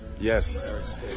Yes